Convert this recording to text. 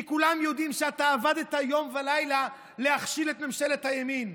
כי כולם יודעים שאתה עבדת יום ולילה להכשיל את ממשלת הימין,